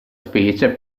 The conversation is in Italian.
specie